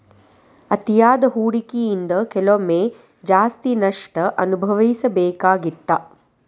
ಅತಿಯಾದ ಹೂಡಕಿಯಿಂದ ಕೆಲವೊಮ್ಮೆ ಜಾಸ್ತಿ ನಷ್ಟ ಅನಭವಿಸಬೇಕಾಗತ್ತಾ